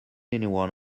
anyone